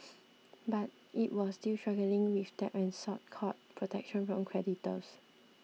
but it was still struggling with debt and sought court protection from creditors